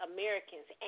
Americans